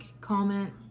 comment